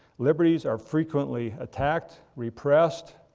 liberties are frequently attacked, repressed,